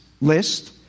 list